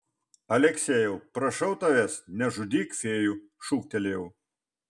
aleksejau prašau tavęs nežudyk fėjų šūktelėjau